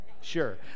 Sure